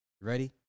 ready